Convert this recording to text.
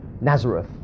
Nazareth